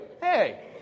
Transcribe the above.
Hey